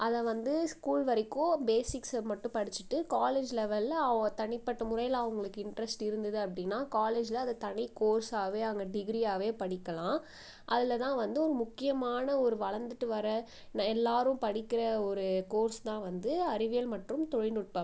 அதை வந்து ஸ்கூல் வரைக்கும் பேஸிக்ஸ் மட்டும் படிச்சுட்டு காலேஜ் லெவல்லில் அவங்க தனிப்பட்ட முறையில் அவங்களுக்கு இன்ட்ரெஸ்ட் இருந்துது அப்படின்னா காலேஜுல் அதை தனி கோர்ஸாகவே அங்கே டிகிரியாகவே படிக்கலாம் அதில் தான் வந்து ஒரு முக்கியமான ஒரு வளர்ந்துகிட்டு வர ந எல்லாரும் படிக்கிற ஒரு கோர்ஸ் தான் வந்து அறிவியல் மற்றும் தொழில்நுட்பம்